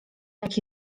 jak